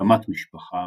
הקמת משפחה,